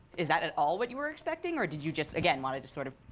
is that at all what you were expecting? or did you just again, want to just sort of